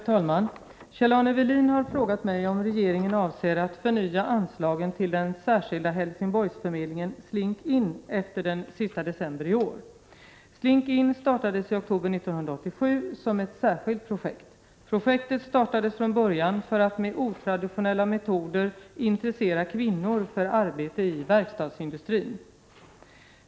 Herr talman! Kjell-Arne Welin har frågat mig om regeringen avser att förnya anslagen till den särskilda Helsingborgsförmedlingen Slink-In efter den sista december i år. Slink-In startades i oktober 1987 som ett särskilt projekt. Projektet startades från början för att med otraditionella metoder intressera kvinnor för arbete i verkstadsindustrin.